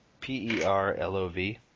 P-E-R-L-O-V